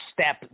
step